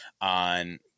on